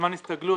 זמן הסתגלות,